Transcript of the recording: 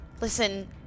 Listen